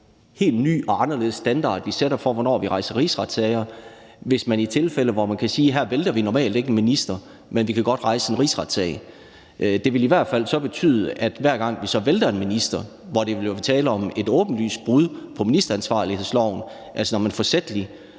helt ny og anderledes standard, vi satte for, hvornår vi rejser rigsretssager, hvis man i sådanne tilfælde kunne sige: Her vælter vi normalt ikke en minister, men vi kan godt rejse en rigsretssag. Det ville i hvert fald så betyde, at hver gang vi så væltede en minister, hvor der var tale om et åbenlyst brud på ministeransvarlighedsloven, altså når man forsætligt